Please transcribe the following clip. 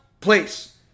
place